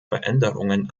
veränderungen